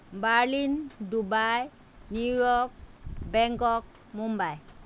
Berlin Dubai New York Bangkok Mumbai